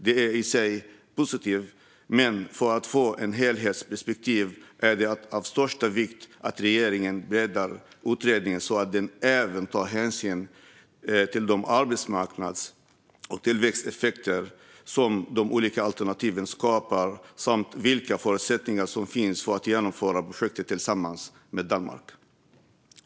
Det är i sig positivt, men för att få ett helhetsperspektiv är det av största vikt att regeringen breddar utredningen så att den även tar hänsyn till de arbetsmarknads och tillväxteffekter de olika alternativen skapar samt vilka förutsättningar som finns för att genomföra projektet tillsammans med Danmark.